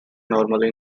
normally